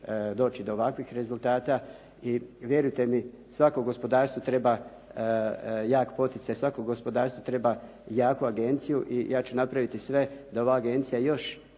doći do ovakvih rezultata i vjerujte mi svako gospodarstvo treba jak poticaj, svako gospodarstvo treba jaku agenciju i ja ću napravi sve da ova agencija još